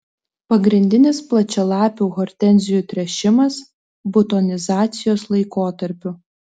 pagrindinis plačialapių hortenzijų tręšimas butonizacijos laikotarpiu